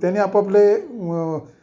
त्याने आपापले